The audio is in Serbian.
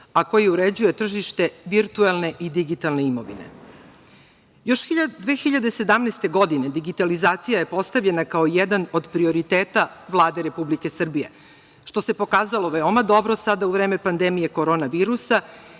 a koji uređuje tržište virtuelne i digitalne imovine. Još 2017. godine digitalizacija je postavljena kao jedan od prioriteta Vlade Republike Srbije, što se pokazalo veoma dobro sada u vreme pandemije korona virusa,